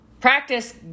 practice